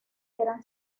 eran